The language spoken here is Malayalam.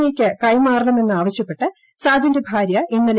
ഐക്ട് കൈമാറണമെന്നാവശ്യപ്പെട്ട് സാജന്റെ ഭാര്യ ഇന്നലെ